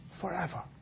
forever